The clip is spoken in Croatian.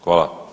Hvala.